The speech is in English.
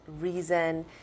reason